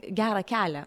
gerą kelią